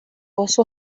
also